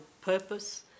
purpose